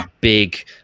big